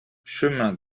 chemin